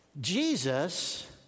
Jesus